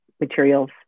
materials